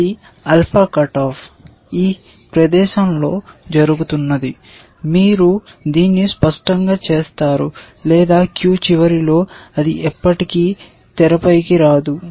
ఇది alpha cutoff ఈ ప్రదేశంలో జరుగుతుంది మీరు దీన్ని స్పష్టంగా చేస్తారు లేదా క్యూ చివరిలో అది ఎప్పటికి తెరపైకి రాదు